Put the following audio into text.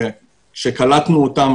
כשקלטנו אותם,